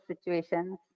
situations